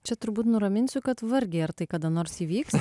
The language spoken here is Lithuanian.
čia turbūt nuraminsiu kad vargiai ar tai kada nors įvyks